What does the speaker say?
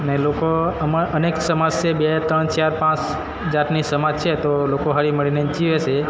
ને લોકો અનેક સમાજ છે બે ત્રણ ચાર પાંસ જાતની સમાજ છે તો લોકો હળી મળીને જીવે છે